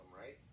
right